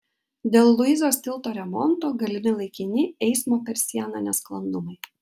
dėl luizos tilto remonto galimi laikini eismo per sieną nesklandumai